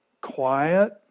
quiet